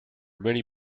many